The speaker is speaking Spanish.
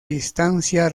distancia